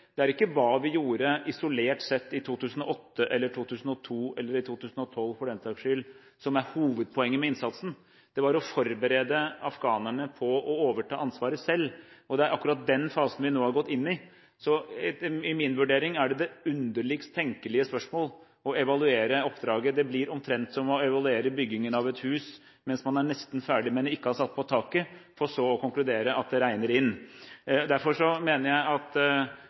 Det er ikke hva vi gjorde isolert sett i 2008 eller i 2002 – eller i 2012 for den saks skyld – som er hovedpoenget med innsatsen. Det var å forberede afghanerne på å overta ansvaret selv, og det er akkurat den fasen vi nå har gått inn i. Etter min mening er det det underligst tenkelige spørsmål å evaluere oppdraget. Det blir omtrent som å evaluere byggingen av et hus mens man er nesten ferdig, men ikke har satt på taket – for så å konkludere med at det regner inn. Derfor mener jeg